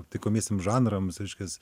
taikomiesiem žanrams reiškias